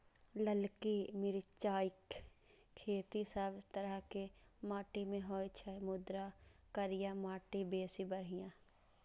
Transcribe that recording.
ललकी मिरचाइक खेती सब तरहक माटि मे होइ छै, मुदा करिया माटि बेसी बढ़िया